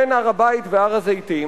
בין הר-הבית והר-הזיתים,